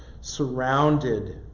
surrounded